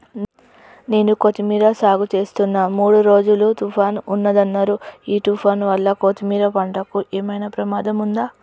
నేను కొత్తిమీర సాగుచేస్తున్న మూడు రోజులు తుఫాన్ ఉందన్నరు ఈ తుఫాన్ వల్ల కొత్తిమీర పంటకు ఏమైనా ప్రమాదం ఉందా?